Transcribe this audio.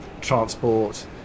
transport